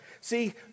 See